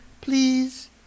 please